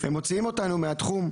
הם מוציאים אותנו מהתחום.